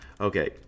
Okay